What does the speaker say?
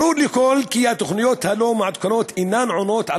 ברור לכול כי התוכניות הלא-מעודכנות אינן עונות על